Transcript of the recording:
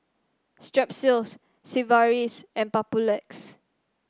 Strepsils Sigvaris and Papulex